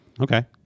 Okay